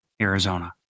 Arizona